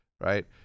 right